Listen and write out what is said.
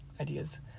ideas